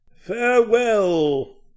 Farewell